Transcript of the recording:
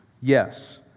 Yes